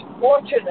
fortunate